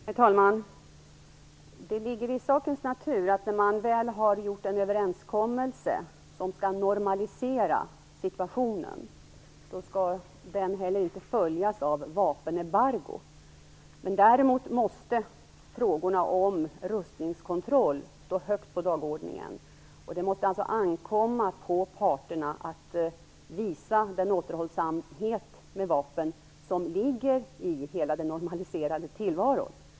Herr talman! Det ligger i sakens natur att när man väl har träffat en överenskommelse som skall normalisera situationen skall den inte följas av vapenembargo. Däremot måste frågorna om rustningskontroll stå högt på dagordningen. Det måste alltså ankomma på parterna att visa den återhållsamhet med vapen som ligger i hela den normaliserade tillvaron.